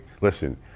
Listen